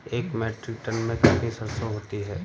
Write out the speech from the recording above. एक metric tonne में कितनी सरसों होती है?